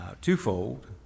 twofold